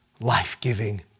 life-giving